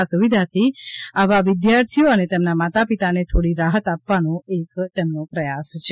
આ સુવિધાથી અમે આવા વિદ્યાર્થીઓ અને તેમના માતાપિતાને થોડી રાહત આપવાનો પ્રયાસ કર્યો છે